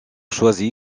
choisi